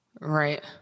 Right